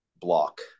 block